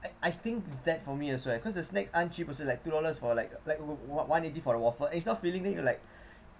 I think that for me as well because the snacks aren't cheap also like two dollars for like like one eighty for a waffle and it's not filling me like